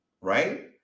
right